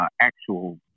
actual